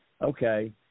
okay